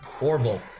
Orville